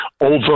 over